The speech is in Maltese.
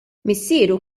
missieru